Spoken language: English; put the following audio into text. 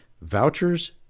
vouchers